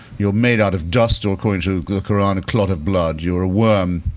you're made out of dust or according to the qur'an, a clot of blood, you're a worm,